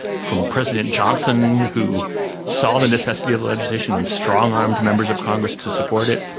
from president johnson who saw the necessity of the legislation and strongarmed members of congress to support it,